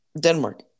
Denmark